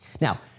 Now